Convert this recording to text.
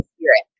spirit